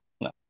no